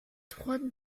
droite